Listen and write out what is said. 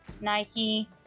Nike